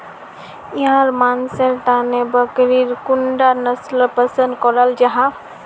याहर मानसेर तने बकरीर कुंडा नसल पसंद कराल जाहा?